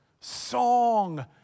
Song